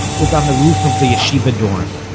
was on the roof of the yeshiva dorm.